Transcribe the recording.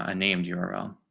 ah named yeah url.